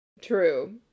True